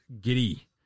Giddy